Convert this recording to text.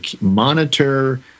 monitor